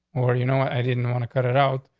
or you know what? i didn't want to cut it out.